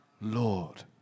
Lord